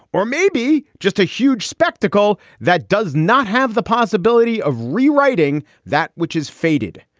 or maybe just a huge spectacle that does not have the possibility of rewriting that, which has faded,